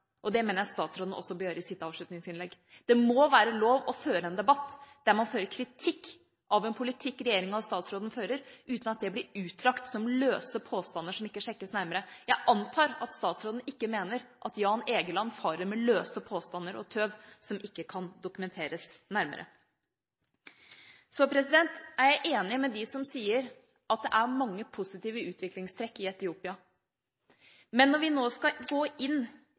Det mener jeg statsråden også bør gjøre i sitt avslutningsinnlegg. Det må være lov å føre en debatt der man framfører kritikk av den politikk regjeringa og statsråden fører, uten at det blir utlagt som løse påstander som ikke sjekkes nærmere. Jeg antar at statsråden ikke mener at Jan Egeland farer med løse påstander og tøv som ikke kan dokumenteres nærmere. Så er jeg enig med dem som sier at det er mange positive utviklingstrekk i Etiopia. Men når vi nå skal gå inn